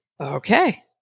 okay